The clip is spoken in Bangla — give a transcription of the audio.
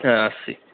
হ্যাঁ আসছি